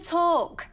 talk